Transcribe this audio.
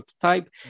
prototype